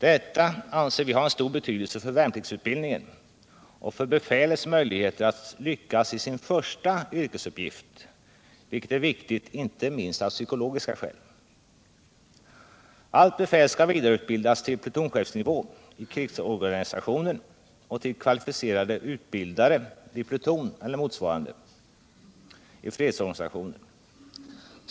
Detta anser vi har stor betydelse för värnpliktsutbildningen och för befälets möjligheter att lyckas i sin första yrkesuppgift, vilket är viktigt inte minst av psykologiska skäl. Allt befäl skall vidareutbildas till plutonchefsnivån i krigsorganisationen och till kvalificerade utbildare vid pluton eller motsvarande i fredsorganisationen.